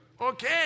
okay